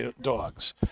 dogs